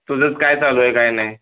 तुझं काय चालू आहे काही नाही